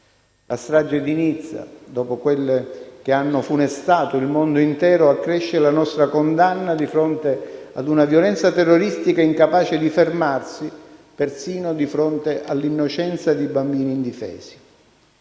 La strage di Nizza, dopo quelle che hanno funestato il mondo intero, accresce la nostra condanna di fronte a una violenza terroristica incapace di fermarsi persino di fronte all'innocenza di bambini indifesi.